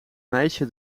meisje